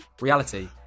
Reality